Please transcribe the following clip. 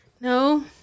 No